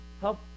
help